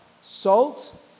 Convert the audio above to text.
salt